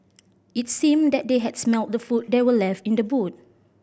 it seemed that they had smelt the food that were left in the boot